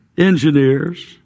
Engineers